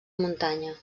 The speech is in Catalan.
muntanya